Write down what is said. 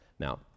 Now